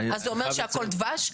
זה אומר שהכול דבש?